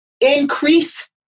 increase